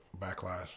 backlash